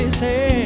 Hey